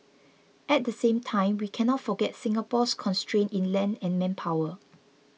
at the same time we cannot forget Singapore's constraints in land and manpower